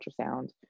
ultrasound